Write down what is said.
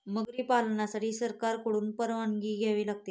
मगरी पालनासाठी सरकारकडून परवानगी घ्यावी लागते